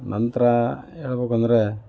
ನಂತರ ಹೇಳಬೇಕು ಅಂದರೆ